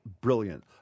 brilliant